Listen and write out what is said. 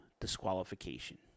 disqualification